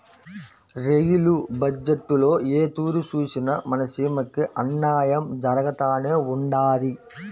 rail బజ్జెట్టులో ఏ తూరి సూసినా మన సీమకి అన్నాయం జరగతానే ఉండాది